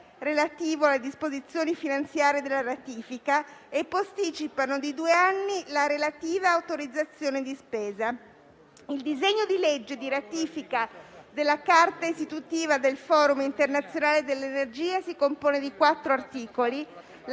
relativo alle disposizioni finanziarie della ratifica, e posticipano di due anni la relativa autorizzazione di spesa. Il disegno di legge di ratifica della Carta istitutiva del Forum internazionale dell'Energia si compone di quattro articoli.